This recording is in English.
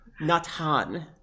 Nathan